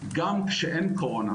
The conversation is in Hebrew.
גם כשאין קורונה,